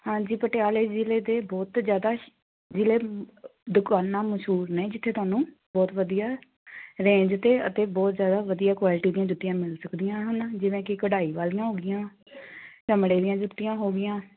ਹਾਂਜੀ ਪਟਿਆਲੇ ਜ਼ਿਲ੍ਹੇ ਦੇ ਬਹੁਤ ਜ਼ਿਆਦਾ ਸ਼ ਜ਼ਿਲ੍ਹੇ ਦੁਕਾਨਾਂ ਮਸ਼ਹੂਰ ਨੇ ਜਿੱਥੇ ਤੁਹਾਨੂੰ ਬਹੁਤ ਵਧੀਆ ਰੇਂਜ 'ਤੇ ਅਤੇ ਬਹੁਤ ਜ਼ਿਆਦਾ ਵਧੀਆ ਕੁਆਲਿਟੀ ਦੀਆਂ ਜੁੱਤੀਆਂ ਮਿਲ ਸਕਦੀਆਂ ਹਨ ਜਿਵੇਂ ਕਿ ਕਢਾਈ ਵਾਲੀਆਂ ਹੋ ਗਈਆਂ ਚਮੜੇ ਦੀਆਂ ਜੁੱਤੀਆਂ ਹੋ ਗਈਆਂ